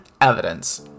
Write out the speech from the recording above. evidence